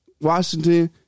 Washington